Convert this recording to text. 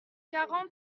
quarante